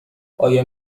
آیا